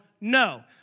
No